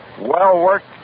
well-worked